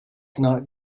not